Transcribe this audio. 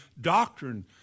doctrine